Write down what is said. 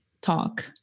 talk